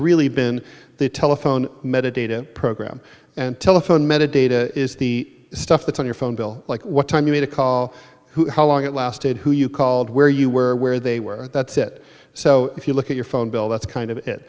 really been the telephone metadata program and telephone metadata is the stuff that's on your phone bill like what time you made a call who how long it lasted who you called where you were where they were that's it so if you look at your phone bill that's kind of it